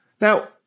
Now